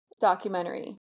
documentary